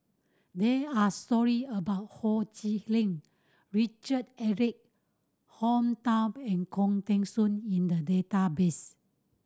there are story about Ho Chee Lick Richard Eric Holttum and Khoo Teng Soon in the database